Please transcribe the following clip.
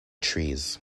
trees